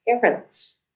parents